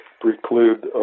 preclude